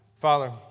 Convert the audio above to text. Father